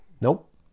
Nope